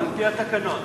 על-פי התקנון.